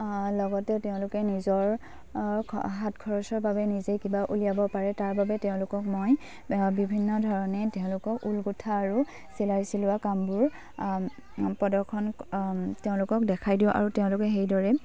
লগতে তেওঁলোকে নিজৰ হাত খৰচৰ বাবে নিজে কিবা উলিয়াব পাৰে তাৰ বাবে তেওঁলোকক মই বিভিন্ন ধৰণে তেওঁলোকক ঊল গোঁঠা আৰু চিলাই চিলোৱা কামবোৰ প্ৰদৰ্শন তেওঁলোকক দেখাই দিওঁ আৰু তেওঁলোকে সেইদৰে